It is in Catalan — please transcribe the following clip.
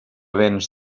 vens